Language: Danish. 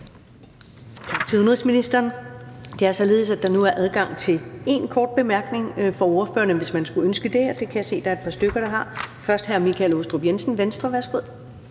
Tak til udenrigsministeren. Det er således, at der nu er adgang til én kort bemærkning for ordførerne, hvis man skulle ønske det, og det kan jeg se der er et par stykker der gør. Først er det hr. Michael Aastrup Jensen, Venstre. Værsgo.